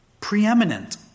preeminent